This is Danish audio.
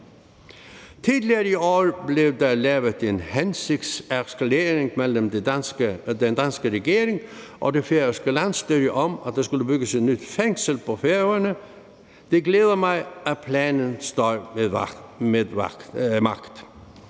Tidligere i år blev der lavet en hensigtserklæring mellem den danske regering og det færøske landsstyre om, at der skulle bygges et nyt fængsel på Færøerne. Det glæder mig, at planen står ved magt.